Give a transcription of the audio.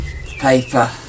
paper